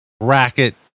racket